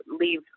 leave